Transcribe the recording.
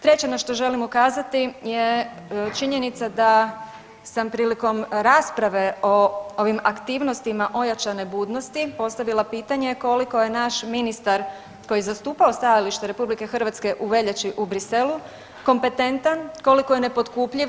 Treće na što želim ukazati je činjenica da sam prilikom rasprave o ovim aktivnostima ojačane budnosti postavila pitanje koliko je naš ministar koji je zastupao stajalište Republike Hrvatske u veljači u Bruxellesu kompetentan, koliko je nepotkupljiv.